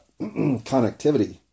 connectivity